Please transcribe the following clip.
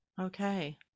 Okay